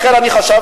לכן אני חשבתי,